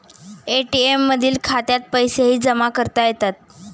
ATM मधील खात्यात पैसेही जमा करता येतात